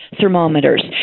thermometers